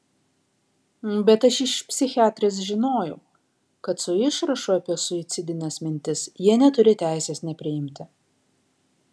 bet aš iš psichiatrės žinojau kad su išrašu apie suicidines mintis jie neturi teisės nepriimti